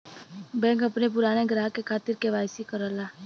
bank अपने पुराने ग्राहक के खातिर के.वाई.सी करला